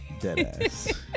Deadass